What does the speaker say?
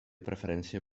preferència